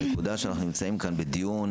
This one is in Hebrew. הנקודה שאנחנו נמצאים כאן בדיון,